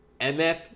MF